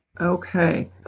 Okay